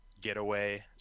getaway